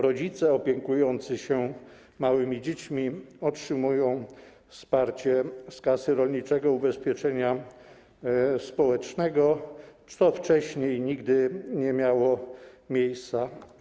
Rodzice opiekujący się małymi dziećmi otrzymują wsparcie z Kasy Rolniczego Ubezpieczenia Społecznego, co wcześniej nigdy nie miało miejsca.